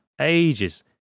ages